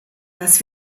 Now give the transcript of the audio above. dass